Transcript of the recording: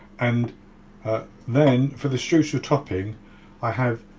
and then for the streusel topping i have